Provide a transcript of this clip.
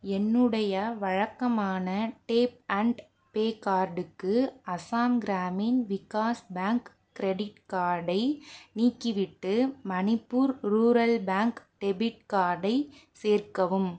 என்னுடைய வழக்கமான tap and pay கார்டுக்கு அசாம் கிராமின் விகாஷ் பேங்க் கிரெடிட் கார்டை நீக்கிவிட்டு மணிப்பூர் ரூரல் பேங்க் டெபிட் கார்டை சேர்க்கவும்